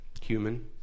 human